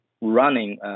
running